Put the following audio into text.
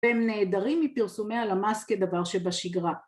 והם נעדרים מפרסומי הלמ"ס כדבר שבשגרה.